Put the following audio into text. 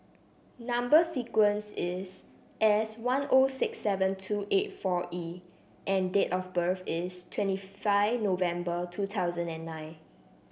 number sequence is S one O six seven two eight four E and date of birth is twenty five November two thousand and nine